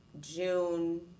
June